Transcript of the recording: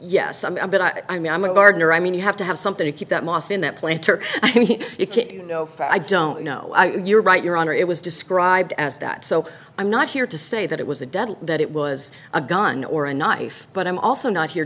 yes but i mean i'm a gardener i mean you have to have something to keep that moss in that planter you can't you know i don't know you're right your honor it was described as that so i'm not here to say that it was a dead that it was a gun or a knife but i'm also not here